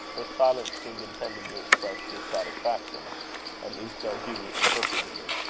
her silence seemed intended to express dissatisfaction at least so hugh interpreted it.